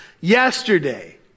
yesterday